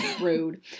rude